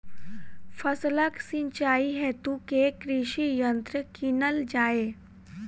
फसलक सिंचाई हेतु केँ कृषि यंत्र कीनल जाए?